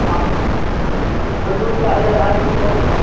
आल आलू चाही अढ़ाइ किलो